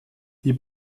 die